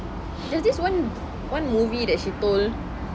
there's this one one movie that she told